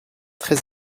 très